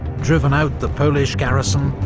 driven out the polish garrison,